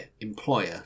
employer